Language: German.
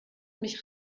mich